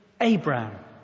Abraham